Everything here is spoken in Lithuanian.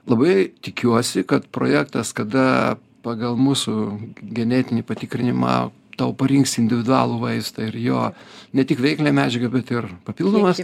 labai tikiuosi kad projektas kada pagal mūsų genetinį patikrinimą tau parinks individualų vaistą ir jo ne tik veiklią medžiagą bet ir papildomas